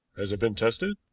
has it been tested?